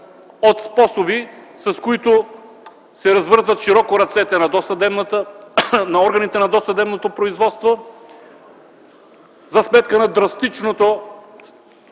от способи, с които се развързват широко ръцете на органите на досъдебното производство за сметка на драстичното